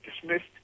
dismissed